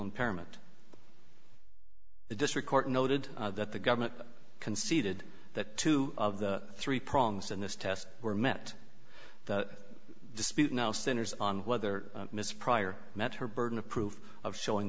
impairment the district court noted that the government conceded that two of the three prongs in this test were met that dispute now centers on whether miss prior met her burden of proof of showing